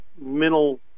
mental